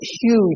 huge